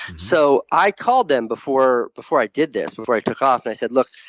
so i called them before before i did this, before i took off, and i said, look,